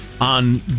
on